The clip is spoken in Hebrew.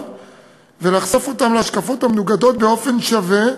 ולחשוף אותם להשקפות המנוגדות באופן שווה,